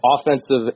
offensive